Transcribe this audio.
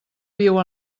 viu